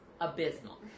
abysmal